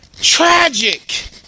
tragic